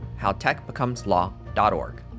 howtechbecomeslaw.org